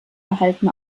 verhalten